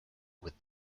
with